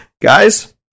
guys